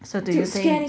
so do you think